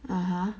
(uh huh)